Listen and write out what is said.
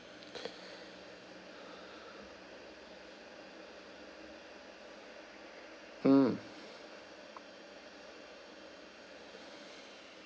mm